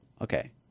Okay